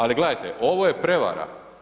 Ali gledajte, ovo je prevara.